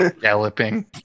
Galloping